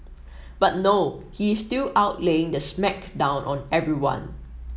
but no he is still out laying the smack down on everyone